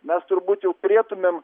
mes turbūt jau turėtumėm